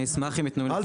מספיק.